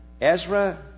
Ezra